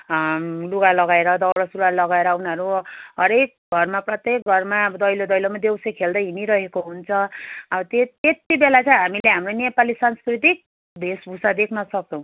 लुगा लगाएर दौरा सुरुवाल लगाएर उनीहरू हरेक घरमा प्रत्येक घरमा दैलो दैलोमा देउसी खेल्दै हिँडिरहेको हुन्छ अब तेत त्यति बेला चाहिँ हामीलो हाम्रो नेपाली सांस्कृतिक भेषभूषा देख्न सक्छौँ